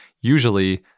usually